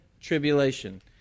tribulation